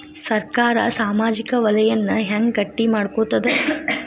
ಸರ್ಕಾರಾ ಸಾಮಾಜಿಕ ವಲಯನ್ನ ಹೆಂಗ್ ಗಟ್ಟಿ ಮಾಡ್ಕೋತದ?